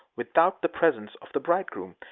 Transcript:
without the presence of the bridegroom,